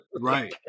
right